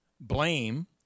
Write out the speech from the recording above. blame